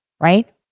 right